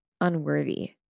unworthy